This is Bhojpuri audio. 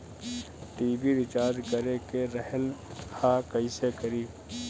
टी.वी रिचार्ज करे के रहल ह कइसे करी?